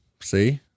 See